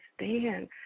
understand